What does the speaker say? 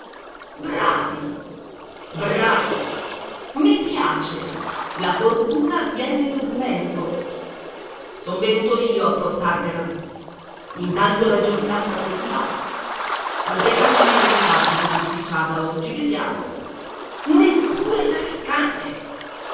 bravi i piace la fortuna viene dormendo son venuto io a portarvela intanto la giornata se ne va quante canne ne avete fatto di massicciata oggi vediamo neppure tre canne